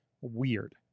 weird